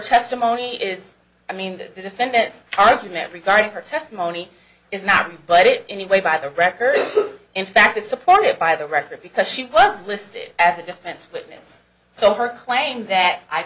testimony is i mean that the defendant's argument regarding her testimony is not but it anyway by the record in fact is supported by the record because she was listed as a defense witness so her claim